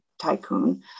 tycoon